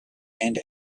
and